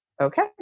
okay